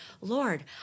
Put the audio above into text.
Lord